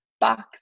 box